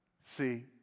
See